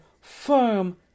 firm